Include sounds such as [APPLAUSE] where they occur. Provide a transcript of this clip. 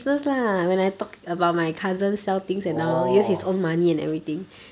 orh [NOISE]